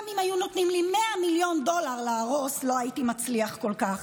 גם אם היו נותנים לי 100 מיליון דולר להרוס לא הייתי מצליח כל כך.